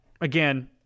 again